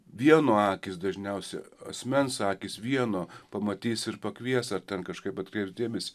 vieno akys dažniausiai asmens akys vieno pamatys ir pakvies ar ten kažkaip atkreips dėmesį